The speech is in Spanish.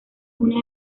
una